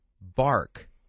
bark